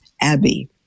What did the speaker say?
Abbey